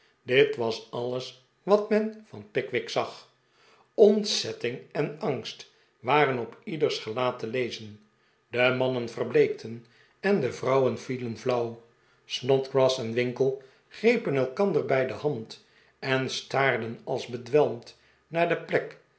dit was alles wat men van pickwick zag ontzetting en angst waren op ieders gelaat te lezen de mannen verbleekten en de vrouwen vielen flauw snodgrass en winkle grepen elkander bij de hand en staarden als bedwelmd naar de plek